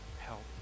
help